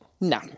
no